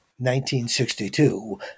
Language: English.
1962